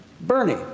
Bernie